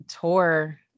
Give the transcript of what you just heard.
tour